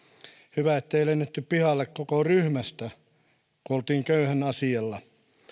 hyvä ettei lennetty pihalle koko ryhmästä kun oltiin köyhän asialla